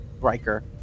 Riker